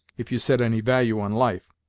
if you set any value on life.